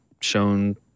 shown